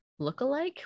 lookalike